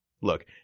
Look